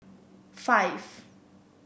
five